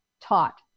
taught